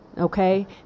okay